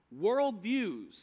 worldviews